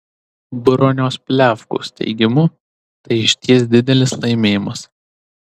broniaus pliavgos teigimu tai išties didelis laimėjimas